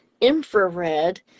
infrared